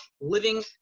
living